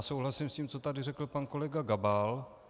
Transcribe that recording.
Souhlasím s tím, co tady řekl pan kolega Gabal.